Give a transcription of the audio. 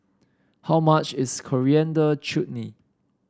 how much is Coriander Chutney